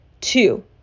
Two